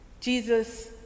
Jesus